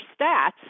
stats